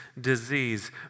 disease